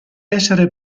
essere